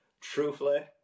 truthfully